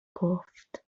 گفت